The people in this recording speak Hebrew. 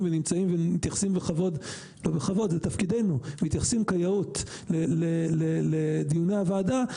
ונמצאים ומתייחסים בכבוד וכיאות לדיוני הוועדה,